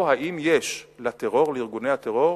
או, האם יש לארגוני הטרור